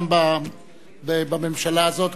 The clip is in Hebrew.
גם בממשלה הזאת,